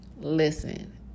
listen